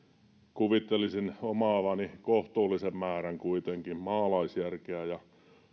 kuvittelisin omaavani kohtuullisen määrän kuitenkin maalaisjärkeä ja